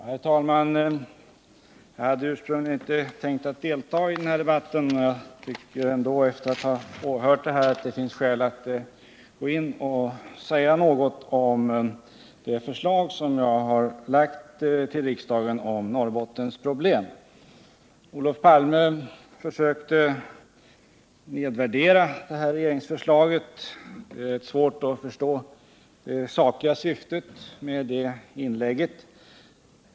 Herr talman! Jag hade ursprungligen inte tänkt delta i denna debatt, men efter att ha åhört den tycker jag det finns skäl att gå in och säga något om det förslag som jag har lagt för riksdagen om Norrbottensproblemen. Olof Palme försökte nedvärdera detta regeringsförslag. Det är rätt svårt att förstå det sakliga syftet med hans inlägg.